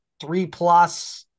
three-plus